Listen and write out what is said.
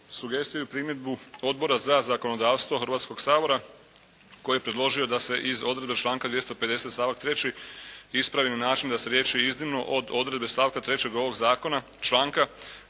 sugestiju i primjedbu Odbora za zakonodavstvo Hrvatskoga sabora koji je predložio da se iz odredbe članka 250. stavak 3. ispravi na način da se riječi: "iznimno od odredbe stavka 3. ovoga članka"